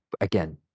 again